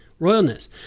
royalness